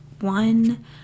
one